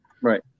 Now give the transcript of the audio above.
Right